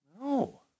No